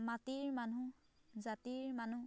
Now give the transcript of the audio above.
মাটিৰ মানুহ জাতিৰ মানুহ